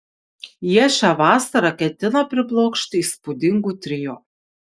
jie šią vasarą ketina priblokšti įspūdingu trio